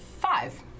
five